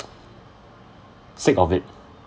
sick of it